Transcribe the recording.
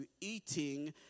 eating